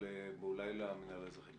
ואולי למינהל האזרחי.